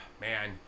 man